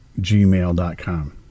gmail.com